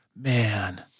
man